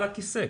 על הכיסא,